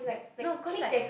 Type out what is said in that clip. no cause like